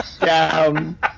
down